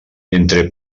entre